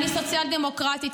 אני סוציאל-דמוקרטית,